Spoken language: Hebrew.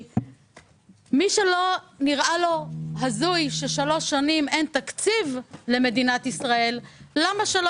מי שלא נראה לו הזוי שבמשך שלוש שנים אין תקציב למדינת ישראל למה שלא